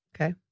Okay